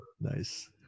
Nice